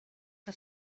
que